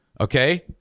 Okay